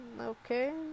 okay